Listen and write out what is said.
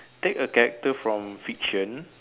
take a character from fiction